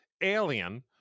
alien